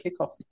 kickoff